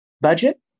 budget